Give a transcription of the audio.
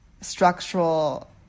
structural